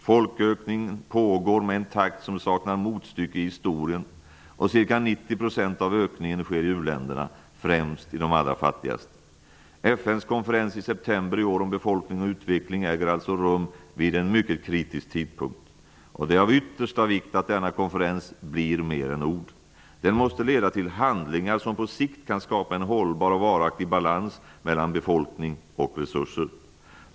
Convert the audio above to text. Folkökning pågår med en takt som saknar motstycke i historien, och ca 90 % av ökningen sker i u-länderna, främst i de allra fattigaste. FN:s konferens i september i år om befolkning och utveckling äger alltså rum vid en mycket kritisk tidpunkt. Det är av yttersta vikt att denna konferens blir mer än ord. Den måste leda till handling som på sikt kan skapa en hållbar och varaktig balans mellan befolkning och resurer.